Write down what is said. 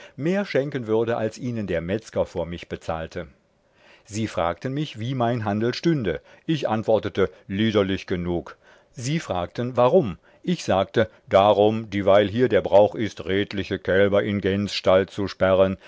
mehr schenken würde als ihnen der metzger vor mich bezahlte sie fragten mich wie mein handel stünde ich antwortete liederlich genug sie fragten warum ich sagte darum dieweil hier der brauch ist redliche kälber in gänsstall zu sperren